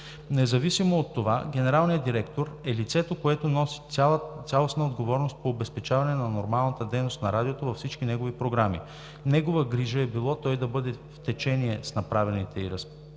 Независимо от това, генералният директор е лицето, което носи цялостна отговорност по обезпечаването на нормалната дейност на Радиото във всички негови програми. Негова грижа е било той да бъде в течение с направените и разпоредени